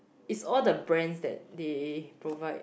is all the brands that they provide